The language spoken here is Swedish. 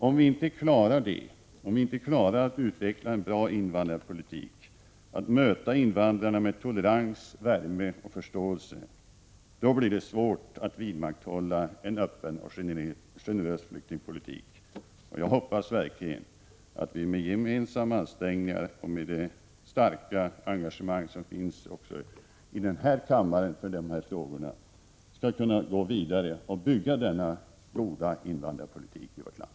Om vi inte klarar att utveckla en bra invandrarpolitik, att möta invandrare med tolerans, värme och förståelse, blir det svårt att vidmakthålla en öppen och generös flyktingpolitik. Jag hoppas verkligen att vi med gemensamma ansträngningar, och med det starka engagemang som också finns här i kammaren för dessa frågor, skall kunna gå vidare och bygga denna goda invandrarpolitik i vårt land.